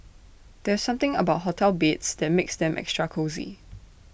there's something about hotel beds that makes them extra cosy